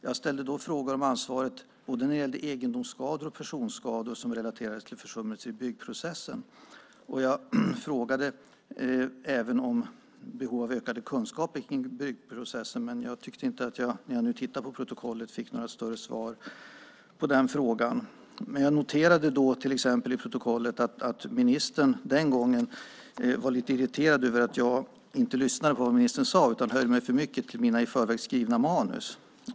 Jag ställde då frågan om ansvaret både när det gällde egendomsskador och personskador som är relaterade till försummelse i byggprocessen. Jag frågade även om behov av ökade kunskaper om byggprocessen, men jag tyckte inte att jag, när jag nu tittar i protokollet, fick några riktiga svar på den frågan. Men jag noterade att ministern den gången var lite irriterad över att jag inte lyssnade på vad ministern sade utan höll mig för mycket till mina i förväg skrivna manus.